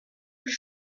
plus